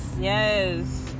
Yes